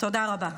תודה רבה.